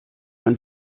man